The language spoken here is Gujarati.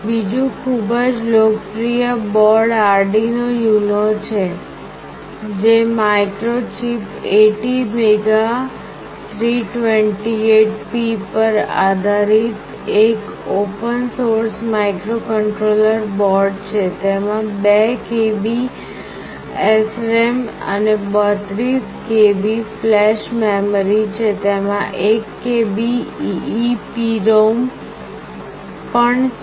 બીજું ખૂબ જ લોકપ્રિય બોર્ડ આર્ડિનો UNO છે જે માઇક્રોચિપ ATmega328P પર આધારિત એક ઓપન સોર્સ માઇક્રોકન્ટ્રોલર બોર્ડ છે તેમાં 2KB SRAM અને 32KB ફ્લેશ મેમરી છે તેમાં 1KB EEPROM પણ છે